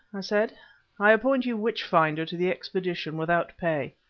i said i appoint you witch-finder to the expedition without pay.